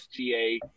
SGA